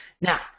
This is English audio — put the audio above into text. Now